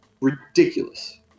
ridiculous